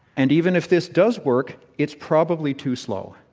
and even if this does work, it's probably too slow.